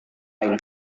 lain